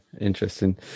Interesting